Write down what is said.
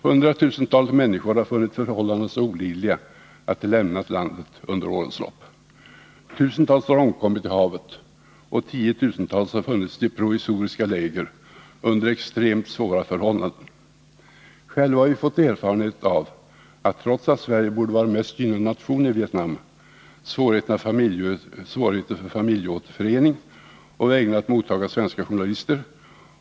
Hundratusentals människor har funnit förhållandena så olidliga att de lämnat landet under årens lopp. Tusentals har omkommit i havet, och tiotusentals har funnits i provisoriska läger under extremt svåra förhållanden. Själva har vi fått erfarenhet av — trots att Sverige borde vara mest gynnade nation i Vietnam — svårigheterna för familjeåterförening och vägran att mottaga svenska journalister.